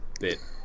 bit